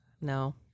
no